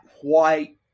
white